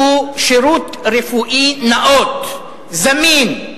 הוא שירות רפואי נאות, זמין.